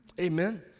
Amen